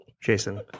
Jason